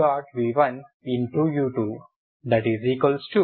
v1u2v1 u2v1